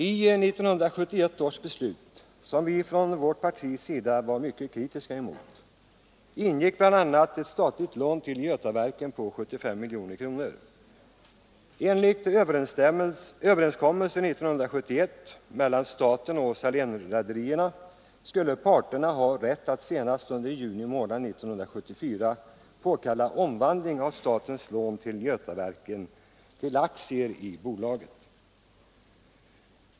I 1971 års beslut, som vi från vårt partis sida var mycket kritiska mot, ingick bl.a. ett statligt lån till Götaverken på 75 miljoner kronor. Enligt överenskommelse 1971 mellan staten och Salénrederierna skulle parterna ha rätt att senast under juni månad 1974 påkalla omvandling av statens lån till Götaverken till aktier i bolaget.